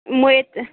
म यता